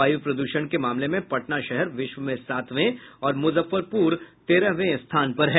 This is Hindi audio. वायु प्रदूषण के मामले में पटना शहर विश्व में सातवें और मुजफ्फरपुर तेरहवें स्थान पर है